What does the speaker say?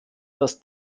dass